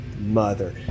mother